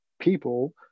people